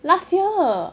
last year